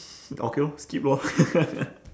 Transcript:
okay lor skip lor